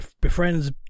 befriends